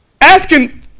asking